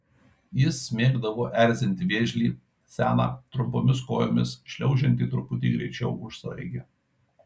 jis mėgdavo erzinti vėžlį seną trumpomis kojomis šliaužiantį truputį greičiau už sraigę